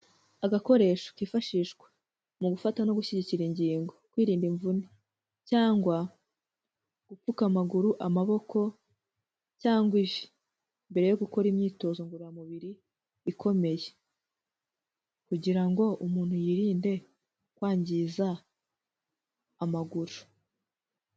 Agakoresho kifashishwa mu gufata no gushyigikira ingingo, kwirinda imvune, cyangwa gupfuka amaguru, amaboko cyangwa ivi mbere yo gukora imyitozo ngororamubiri ikomeye. Kugira ngo umuntu yirinde kwangiza amaguru.